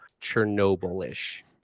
chernobyl-ish